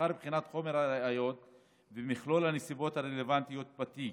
לאחר בחינת חומר הראיות ומכלול הנסיבות הרלוונטיות בתיק,